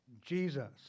Jesus